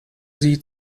sie